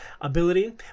ability